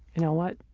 you know what?